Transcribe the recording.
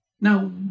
Now